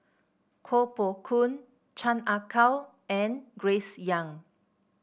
Koh Poh Koon Chan Ah Kow and Grace Young